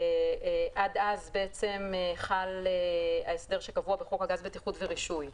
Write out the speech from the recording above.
ועד אז חל ההסדר שקבוע בחוק הגז (בטיחות ורישוי).